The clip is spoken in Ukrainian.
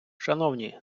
шановні